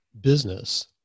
business